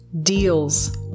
deals